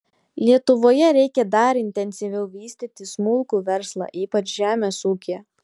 lietuvoje reikia dar intensyviau vystyti smulkų verslą ypač žemės ūkyje